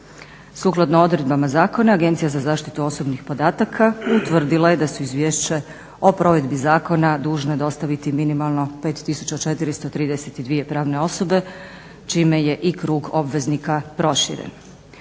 Sukladno odredbama zakona Agencija za zaštitu osobnih podataka utvrdila je da su Izvješće o provedbi zakona dužno je dostaviti minimalno 5432 pravne osobe čime je i krug obveznika proširen.